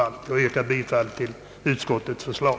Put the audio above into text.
Jag yrkar, herr talman, bifall till utskottets förslag.